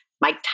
Mike